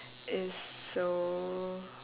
is so